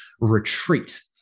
retreat